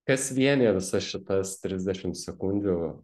kas vienija visas šitas trisdešim sekundžių